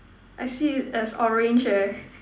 I see it as orange eh